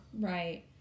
Right